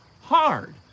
Hard